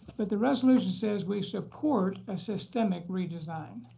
but the resolution says we support a systematic redesign.